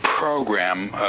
program